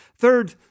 Third